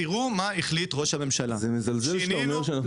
תראו מה החליט ראש הממשלה: "שינינו --- זה מזלזל שאתה אומר שאנחנו